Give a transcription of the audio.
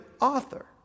author